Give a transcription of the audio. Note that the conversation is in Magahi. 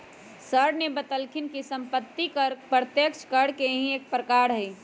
सर ने बतल खिन कि सम्पत्ति कर प्रत्यक्ष कर के ही एक प्रकार हई